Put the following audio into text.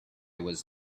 was